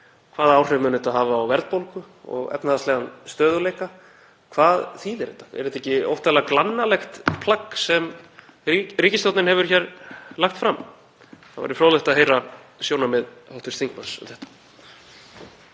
Hvaða áhrif mun þetta hafa á verðbólgu og efnahagslegan stöðugleika? Hvað þýðir þetta? Er þetta ekki óttalega glannalegt plagg sem ríkisstjórnin hefur hér lagt fram? Það væri fróðlegt að heyra sjónarmið hv. þingmanns um þetta.